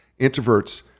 Introverts